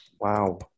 wow